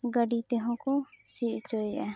ᱜᱟᱹᱰᱤ ᱛᱮᱦᱚᱸᱠᱚ ᱥᱤ ᱦᱚᱪᱚᱭᱮᱫᱟ